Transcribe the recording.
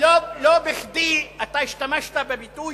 לא בכדי אתה השתמשת בביטוי